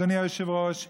אדוני היושב-ראש,